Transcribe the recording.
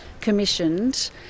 commissioned